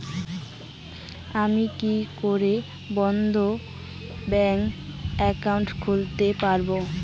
আমি কি করে আমার বন্ধ ব্যাংক একাউন্ট খুলতে পারবো?